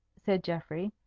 said geoffrey,